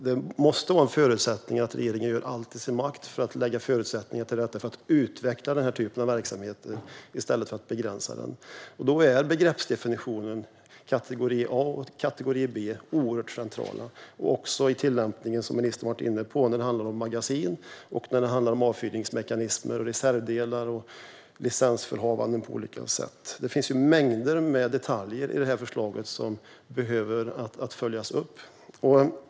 Det måste vara en förutsättning att regeringen gör allt i sin makt för att ge den här typen av verksamheter möjligheter att utvecklas i stället för att begränsa dem. Då är begreppsdefinitionen kategori A och kategori B oerhört central, också i tillämpningen, som ministern varit inne på, när det handlar om magasin, avfyrningsmekanismer, reservdelar och licensförhållanden. Det finns mängder av detaljer i förslaget som behöver följas upp.